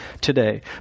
today